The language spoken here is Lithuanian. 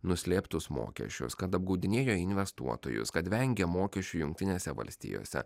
nuslėptus mokesčius kad apgaudinėjo investuotojus kad vengia mokesčių jungtinėse valstijose